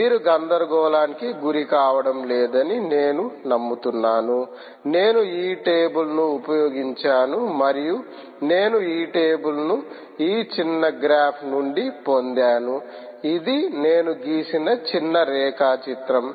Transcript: మీరు గందరగోళానికి గురికావడం లేదని నేను నమ్ముతున్నాను నేను ఈ టేబుల్ ను ఉపయోగించాను మరియు నేను ఈ టేబుల్ ను ఈ చిన్న గ్రాఫ్ నుండి పొందాను ఇది నేను గీసిన చిన్న రేఖాచిత్రం